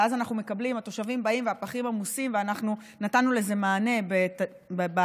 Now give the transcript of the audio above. ואז התושבים באים והפחים עמוסים ואנחנו נתנו לזה מענה בחיוב